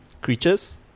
Creatures